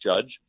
judge